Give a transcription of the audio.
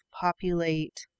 populate